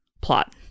plot